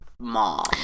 mom